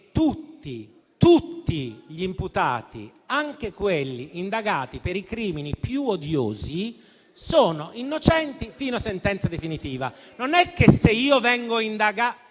tutti gli imputati, anche quelli indagati per i crimini più odiosi, sono innocenti fino a sentenza definitiva. Non è che se io vengo indagato...